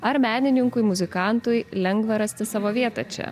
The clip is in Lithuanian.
ar menininkui muzikantui lengva rasti savo vietą čia